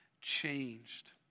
changed